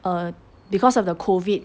uh because of the COVID